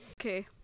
okay